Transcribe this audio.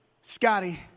Scotty